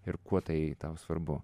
ir kuo tai tau svarbu